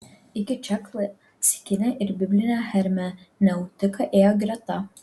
iki čia klasikinė ir biblinė hermeneutika ėjo greta